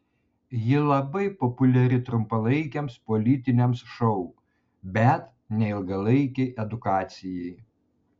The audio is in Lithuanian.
ji labai populiari trumpalaikiams politiniams šou bet ne ilgalaikei edukacijai